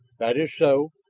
that is so.